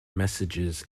messages